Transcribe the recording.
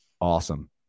awesome